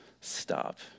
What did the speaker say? stop